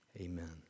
Amen